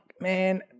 man